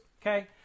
Okay